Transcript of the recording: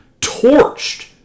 torched